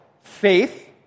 faith